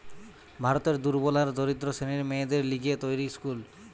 ভারতের দুর্বল আর দরিদ্র শ্রেণীর মেয়েদের লিগে তৈরী স্কুল